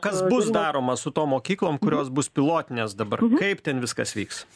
kas bus daroma su tom mokyklom kurios bus pilotinės dabar kaip ten viskas vyks